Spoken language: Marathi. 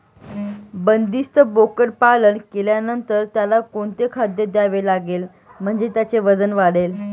बंदिस्त बोकडपालन केल्यानंतर त्याला कोणते खाद्य द्यावे लागेल म्हणजे त्याचे वजन वाढेल?